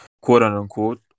quote-unquote